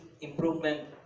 improvement